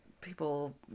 people